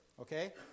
Okay